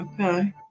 Okay